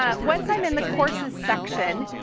ah once i'm in the courses section,